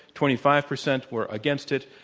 twenty five percent were against it,